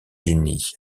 unis